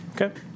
Okay